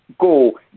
go